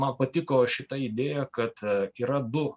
man patiko šita idėja kad yra du